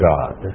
God